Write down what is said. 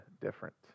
different